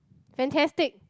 fantastic